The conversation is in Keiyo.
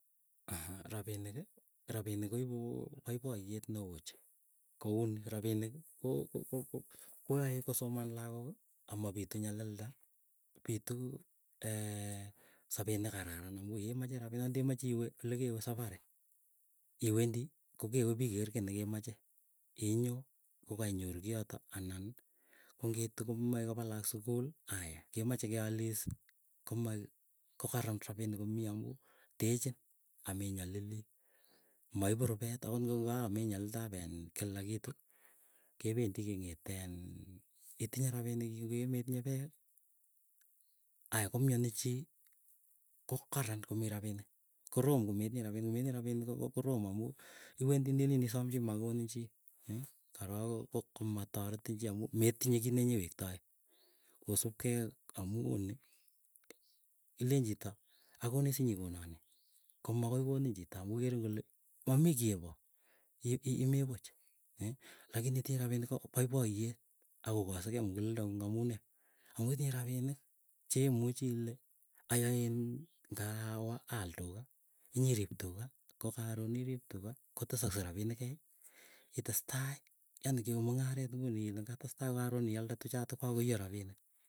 Aha rapinik, rapinik koipu paipayet ne oo ochei, ko uni, rapinik ko ko- ko- ko koyae kosoman lakok amapitu nyalilda, pitu sapeet nekararan amu yemache rapinik akot ndemache iwe ole kewe sapari, iwendi kokewe ipikeer kiy nekemache, inyoo kokainyoru kiyotok anan kong'iitu komae kopa lakok sukul aya, kemache kealis, komai, kokaran rapinik ko mii amu techin, amenyalilii, maimu rupeet akot ng'o ka kamii nyalildap iin kila kitu, kependi kemite in itinye rapinik kuk, yu kemitenyei peek, aya komyani chii ko karan komii rapinik, korom kometinye rapinik, metinye rapinik ko korom amu iwendi neleen isom chii komakonin chii, mmh, korok ko komataretin chii amu metinyei kit nenyewektae, kosupkei ak amu oli, kolen chito akonin sinyikona nee, komakoi konin chito amu kerin kole mamii kiy yepo, i- i- imi puch, eeh, lakini yetinye rapinik ko paipaye ak kokasi mukuleldo ng'ung amu ne, amu itinye rapinik chemuchi ile ayaein nda awa aal tuka, nyirip tuka, kokaron yerip tuka, kotesaksei rapinik kei, itestai yani kewe mung'aret ng'uni nakatestai ko karon ialde tuchatak ko kakoiyo rapinik.